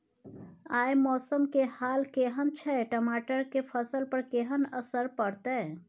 आय मौसम के हाल केहन छै टमाटर के फसल पर केहन असर परतै?